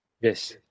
Yes